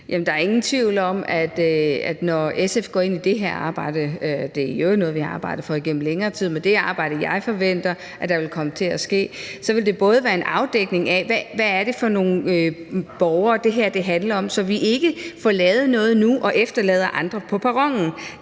Der er ingen tvivl om, at når SF går ind i det her arbejde – det er i øvrigt noget, vi har arbejdet for igennem længere tid – forventer jeg, at det arbejde, der kommer til at ske, vil være en afdækning af, hvad det er for nogle borgere, det her handler om, så vi ikke får lavet noget nu, der efterlader andre på perronen.